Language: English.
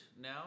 now